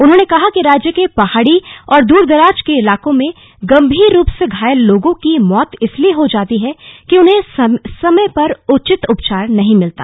उन्होंने कहा कि राज्य के पहाड़ी और दूरदराज के इलाको में गंभीर रूप से घायल लोगों की मौत इसलिए हो जाती है कि उन्हें समय पर उचित उपचार नहीं मिलता